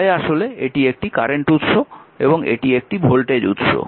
তাই আসলে এটি একটি কারেন্ট উৎস এবং এটি একটি ভোল্টেজ উৎস